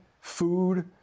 food